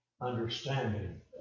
understanding